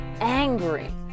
angry